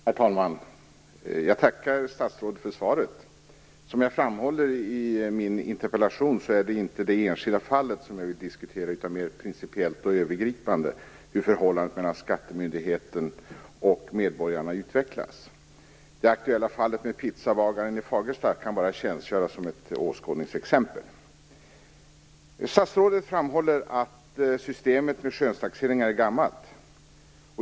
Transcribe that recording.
Herr talman! Jag tackar statsrådet för svaret. Jag framhåller i min interpellation att jag inte vill diskutera det enskilda fallet utan mer principiellt och övergripande hur förhållandet mellan skattemyndigheten och medborgarna utvecklas. Det aktuella fallet med pizzabagaren i Fagersta kan tjänstgöra som ett exempel. Statsrådet framhåller att systemet med skönstaxeringar är gammalt.